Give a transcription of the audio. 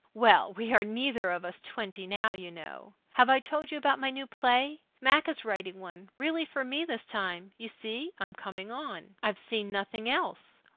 well, we are neither of us twenty now, you know. have i told you about my new play? mac is writing one really for me this time. you see, i'm coming on. i've seen nothing else.